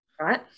right